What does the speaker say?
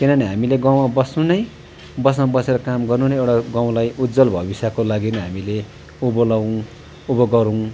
किनभने हामीले गाउँमा बस्नु नै बसमा बसेर काम गर्नु नै एउटा गाउँलाई उज्ज्वल भविष्यको लागि हामीले उँभो लगाऊँ उँभो गरौँ